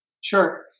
Sure